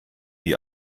die